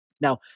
Now